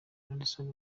nelson